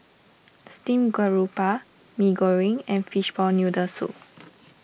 Steamed Garoupa Mee Goreng and Fishball Noodle Soup